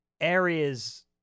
areas